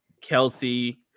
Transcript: Kelsey